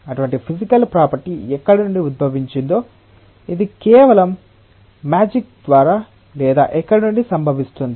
అటువంటి physical property ఎక్కడ నుండి ఉద్భవించిందో ఇది కేవలం మాజిక్ ద్వారా లేదా ఎక్కడ నుండి సంభవిస్తుంది